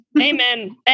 Amen